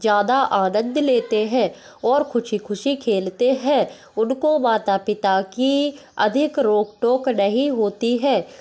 ज़्यादा आनंद लेते हैं और ख़ुशी ख़ुशी खेलते हैं उनको माता पिता की अधिक रोक टोक नहीं होती है